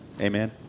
Amen